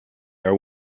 are